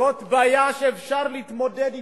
זאת בעיה שאפשר להתמודד אתה.